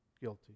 guilty